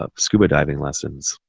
ah scuba diving lessons.